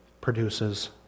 produces